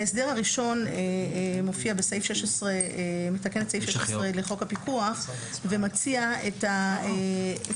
ההסדר הראשון מתקן את סעיף 16 לחוק הפיקוח ומציע את ההסדר